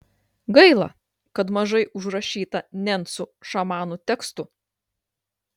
gaila kad mažai užrašyta nencų šamanų tekstų